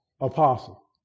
apostle